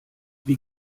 wie